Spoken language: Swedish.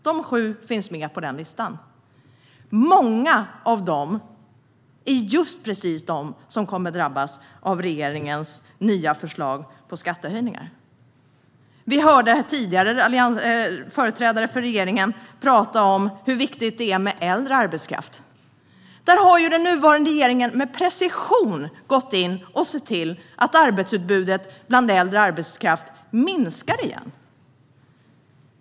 De sju finns med på den listan - och många av dem är just precis de som kommer att drabbas av regeringens nya förslag på skattehöjningar. Vi hörde tidigare företrädare för regeringen tala om hur viktigt det är med äldre arbetskraft. Men den nuvarande regeringen har ju med precision gått in och sett till att arbetsutbudet för äldre arbetskraft minskar igen.